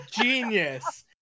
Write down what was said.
Genius